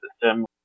system